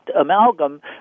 amalgam